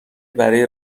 برای